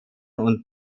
und